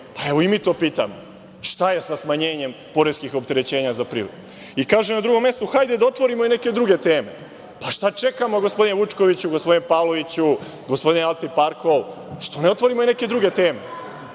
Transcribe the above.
Evo, i mi to pitamo – šta je sa smanjenjem poreskih opterećenja za privredu? Kaže na drugom mestu – hajde da otvorimo i neke druge teme. Pa šta čekamo, gospodine Vučkoviću, gospodine Pavloviću, gospodine Altiparmakov, što ne otvorimo i neke druge teme?